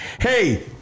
Hey